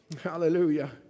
Hallelujah